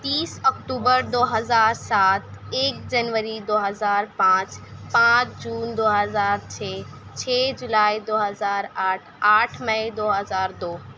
تیس اکتوبر دو ہزار سات ایک جنوری دو ہزار پانچ پانچ جون دو ہزار چھ چھ جولائی دو ہزار آٹھ آٹھ مئی دو ہزار دو